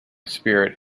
spirit